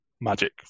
magic